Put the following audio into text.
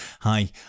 Hi